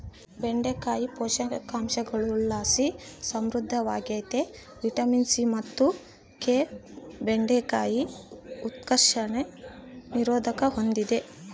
ಬೆಂಡೆಕಾಯಿ ಪೋಷಕಾಂಶಗುಳುಲಾಸಿ ಸಮೃದ್ಧವಾಗ್ಯತೆ ವಿಟಮಿನ್ ಸಿ ಮತ್ತು ಕೆ ಬೆಂಡೆಕಾಯಿ ಉತ್ಕರ್ಷಣ ನಿರೋಧಕ ಹೂಂದಿದೆ